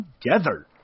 together